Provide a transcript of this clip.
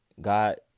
God